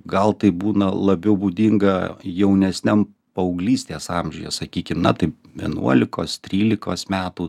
gal tai būna labiau būdinga jaunesniam paauglystės amžiuje sakykim na taip vienuolikos trylikos metų